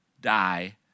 die